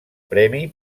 premi